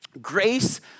grace